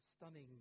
stunning